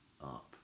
up